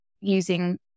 using